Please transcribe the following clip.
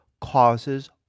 causes